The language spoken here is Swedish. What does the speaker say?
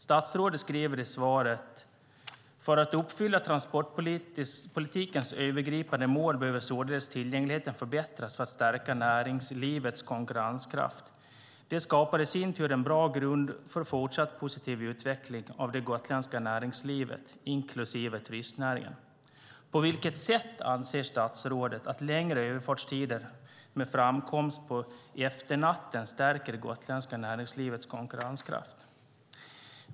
Statsrådet skriver i svaret: "För att uppfylla transportpolitikens övergripande mål behöver således tillgängligheten förbättras för att stärka näringslivets konkurrenskraft. - Det skapar i sin tur en bra grund för fortsatt positiv utveckling av det gotländska näringslivet, inklusive turistnäringen." På vilket sätt anser statsrådet att längre överfartstider med framkomst på efternatten stärker det gotländska näringslivets konkurrenskraft?